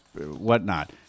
whatnot